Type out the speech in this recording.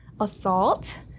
assault